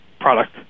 product